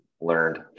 learned